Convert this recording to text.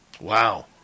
Wow